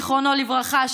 זיכרונו לברכה,